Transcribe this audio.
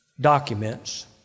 documents